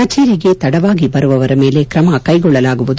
ಕಚೇರಿಗೆ ತಡವಾಗಿ ಬರುವವರ ಮೇಲೆ ಕ್ರಮ ಕೈಗೊಳ್ಳಲಾಗುವುದು